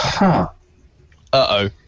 Uh-oh